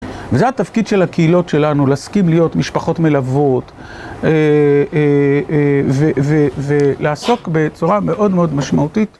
וזה התפקיד של הקהילות שלנו, להסכים להיות משפחות מלוות ולעסוק בצורה מאוד מאוד משמעותית.